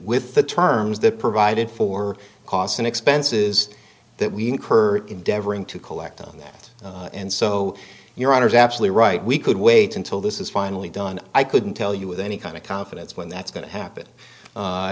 with the terms that provided for costs and expenses that we incur endeavoring to collect on that and so your honour's actually right we could wait until this is finally done i couldn't tell you with any kind of confidence when that's going to happen